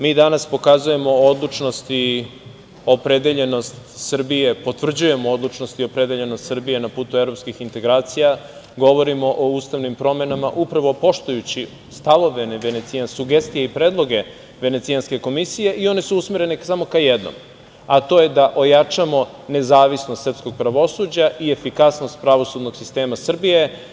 Mi danas pokazujemo odlučnost i opredeljenost Srbije, potvrđujemo odlučnost i opredeljenost Srbije na putu evropskih integracija, govorimo o ustavnim promenama, upravo poštujući stavove, sugestije i predloge Venecijanske komisije i one su usmerene samo ka jednom, a to je da ojačamo nezavisnost srpskog pravosuđa i efikasnost pravosudnog sistema Srbije.